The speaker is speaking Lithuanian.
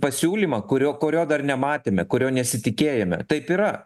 pasiūlymą kurio kurio dar nematėme kurio nesitikėjome taip yra